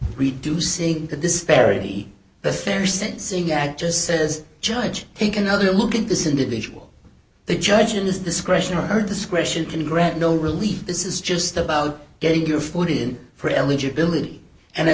reducing the disparity the fair sentencing act just says judge take another look at this individual the judge in this discretion or her discretion can grant no relief this is just about getting your food in for eligibility and